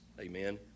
amen